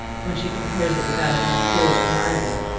when she compares it with that of my poor eliza,